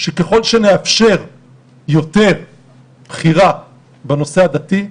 שככל שנאפשר יותר בחירה בנושא הדתי,